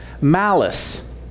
malice